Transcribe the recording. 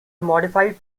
modified